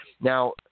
Now